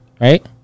right